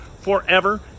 forever